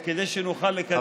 מתוך הנחה, כדי שנוכל לקדם.